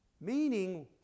Meaning